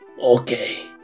okay